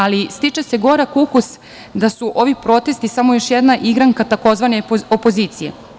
Ali stiče se gorak ukus da su ovi protesti samo još jedna igranka tzv. opozicije.